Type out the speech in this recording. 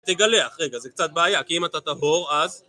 תגלח, רגע, זה קצת בעייה, כי אם אתה טהור, אז...